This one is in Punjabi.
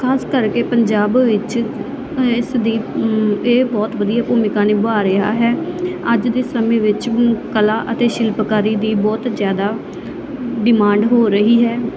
ਖਾਸ ਕਰਕੇ ਪੰਜਾਬ ਵਿੱਚ ਇਸ ਦੀ ਇਹ ਬਹੁਤ ਵਧੀਆ ਭੂਮਿਕਾ ਨਿਭਾ ਰਿਹਾ ਹੈ ਅੱਜ ਦੇ ਸਮੇਂ ਵਿੱਚ ਕਲਾ ਅਤੇ ਸ਼ਿਲਪਕਾਰੀ ਦੀ ਬਹੁਤ ਜ਼ਿਆਦਾ ਡਿਮਾਂਡ ਹੋ ਰਹੀ ਹੈ